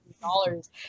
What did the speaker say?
dollars